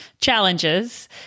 challenges